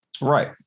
Right